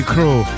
Crew